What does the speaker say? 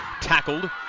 tackled